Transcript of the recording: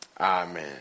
Amen